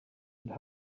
would